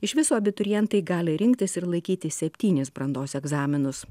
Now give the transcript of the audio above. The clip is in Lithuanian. iš viso abiturientai gali rinktis ir laikyti septynis brandos egzaminus